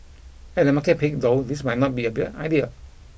at a market peak though this might not be a bad idea